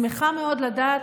שמחה מאוד לדעת